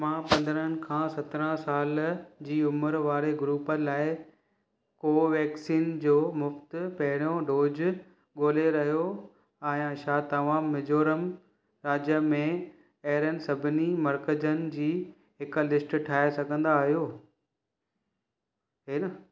मां पंद्रहनि खां सतिरहं साल जी उमिरि वारे ग्रुप लाइ कोवैक्सीन जो मुफ़्ति पहिरियों डोज़ ॻोल्हे रहियो आहियां छा तव्हां मिजोरम राज्य में अहिड़नि सभिनी मर्कज़नि जी हिकु लिस्ट ठाहे सघंदा आहियो इहे न